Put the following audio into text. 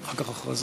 ההצעה